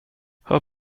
hör